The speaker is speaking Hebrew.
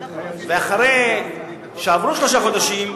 ואחרי שעברו שלושה חודשים,